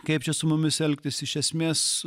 kaip čia su mumis elgtis iš esmės